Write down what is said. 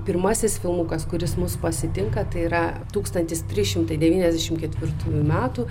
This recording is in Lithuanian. pirmasis filmukas kuris mus pasitinka tai yra tūkstantis trys šimtai devyniasdešimt ketvirtų metų